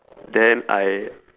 then I